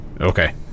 Okay